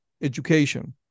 education